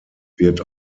wird